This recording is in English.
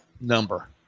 number